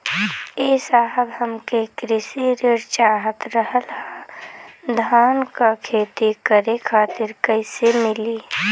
ए साहब हमके कृषि ऋण चाहत रहल ह धान क खेती करे खातिर कईसे मीली?